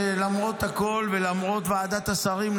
למרות הכול ולמרות ועדת השרים,